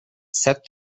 set